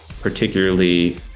particularly